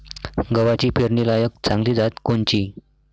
गव्हाची पेरनीलायक चांगली जात कोनची?